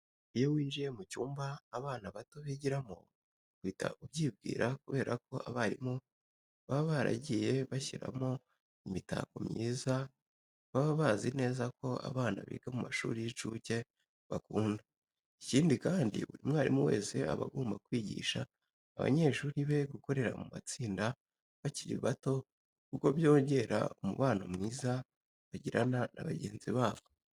Iyo winjiye mu cyumba abana bato bigiramo uhita ubyibwira kubera ko abarimu baba baragiye bashyiramo imitako myiza baba bazi neza ko abana biga mu mashuri y'incuke bakunda. Ikindi kandi, buri mwarimu wese aba agomba kwigisha abanyeshuri be gukorera mu matsinda bakiri bato kuko byongera umubano mwiza bagirana na bagenzi babo.